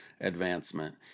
advancement